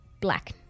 black